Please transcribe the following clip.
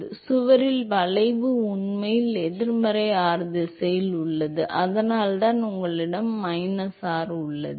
எனவே சுவரின் விளைவு உண்மையில் எதிர்மறை r திசையில் உள்ளது அதனால்தான் உங்களிடம் மைனஸ் r உள்ளது